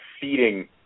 feeding